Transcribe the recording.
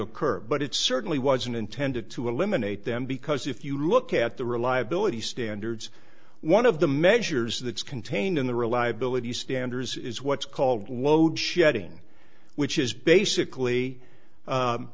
occur but it certainly wasn't intended to eliminate them because if you look at the reliability standards one of the measures that is contained in the reliability standards is what's called load shedding which is basically